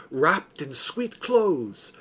wrapp'd in sweet clothes,